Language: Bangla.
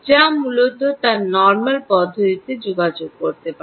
যা মূলত তার নরমাল পদ্ধতিতে যোগাযোগ করতে পারে